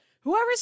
whoever's